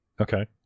Okay